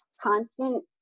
constant